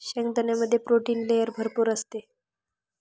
शेंगदाण्यामध्ये protein layer भरपूर असते